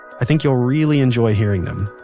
i think you'll really enjoy hearing them.